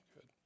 good